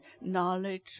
knowledge